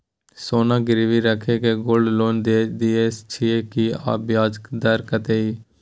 सोना गिरवी रैख के गोल्ड लोन दै छियै की, आ ब्याज दर कत्ते इ?